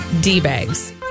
D-bags